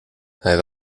hij